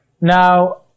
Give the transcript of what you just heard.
Now